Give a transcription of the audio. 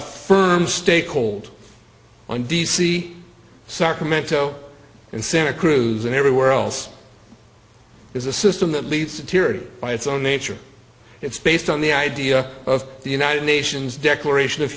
a firm stake hold on d c sacramento and santa cruz and everywhere else is a system that leads to tyranny by its own nature it's based on the idea of the united nations declaration of